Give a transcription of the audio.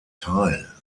teil